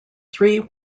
three